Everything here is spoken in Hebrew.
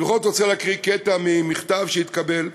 אני בכל זאת רוצה להקריא קטע ממכתב שהתקבל,